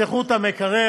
יפתחו את המקרר,